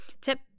tip